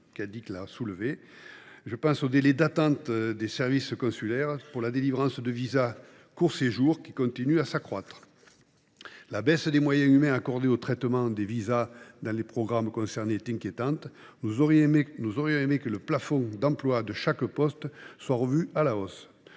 Je pense aux délais d’attente dans les services consulaires pour la délivrance des visas de court séjour, qui continuent de croître. La baisse des moyens humains octroyés au traitement des visas dans le programme concerné est inquiétante. Nous aurions aimé que le plafond des autorisations d’emploi de chaque poste soit revu à la hausse.